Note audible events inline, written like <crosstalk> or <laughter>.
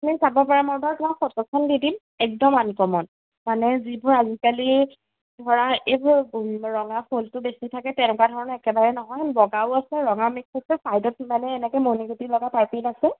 তুমি চাব পৰা মই বাৰু তোমাক ফটোখন দি দিম একদম আনকমন মানে যিবোৰ আজিকালি ধৰা এইবোৰ ৰঙা ফলছটো বেছি থাকে তেনেকুৱা ধৰণৰ একেবাৰে নহয় বগাও আছে ৰঙা মিক্স আছে চাইডত মানে এনেকে মণিগুটি লগা <unintelligible> আছে